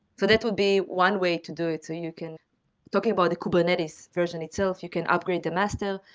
so that would be one way to do it so you can talking about a kubernetes version itself, you can upgrade the master.